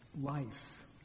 life